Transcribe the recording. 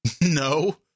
No